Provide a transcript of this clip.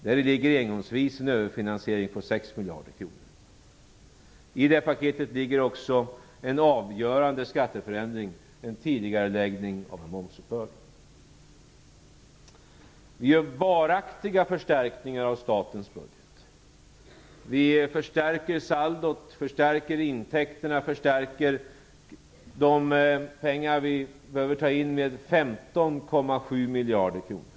Där ligger engångsvis en överfinansiering på 6 miljarder kronor. I paketet ligger också en avgörande skatteförändring, en tidigareläggning av momsuppbörd. Vi gör varaktiga förstärkningar av statens budget. Vi förstärker saldot och intäkterna, de pengar vi behöver ta in, med 15,7 miljarder kronor.